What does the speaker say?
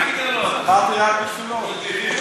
אמרתי רק בשבילו.